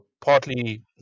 partly